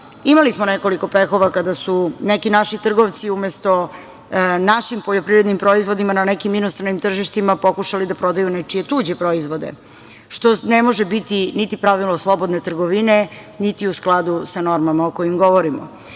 imali smo nekoliko pehova kada su neki naši trgovci umesto našim poljoprivrednim proizvodima na nekim inostranim tržištima pokušali da prodaju nečije tuđe proizvode, što ne može biti niti pravilo slobodne trgovine, niti u skladu sa normama o kojima govorimo. Osvrnula